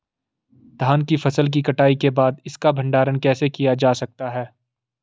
धान की फसल की कटाई के बाद इसका भंडारण कैसे किया जा सकता है?